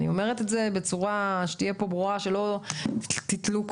כל העבודה שנעשתה עד עכשיו לא תלך לטמיון.